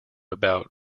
about